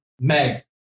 Meg